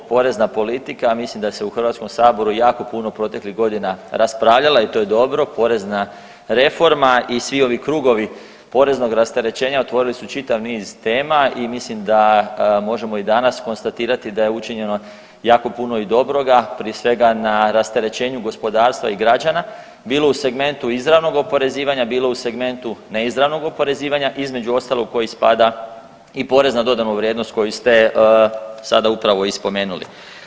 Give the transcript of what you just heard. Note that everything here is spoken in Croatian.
Porezna politika mislim da se u Hrvatskom saboru jako proteklih godina raspravljala i to je dobro, porezna reforma i svi ovi krugovi poreznog rasterećenja otvorili su čitav niz tema i ja mislim da možemo i danas konstatirati da je učinjeno jako puno i dobroga prije svega na rasterećenju gospodarstva i građana bilo u segmentu izravnog oporezivanja, bilo u segmentu neizravnog oporezivanja između ostalog u koji spada i porez na dodanu vrijednost koji ste sada upravo i spomenuli.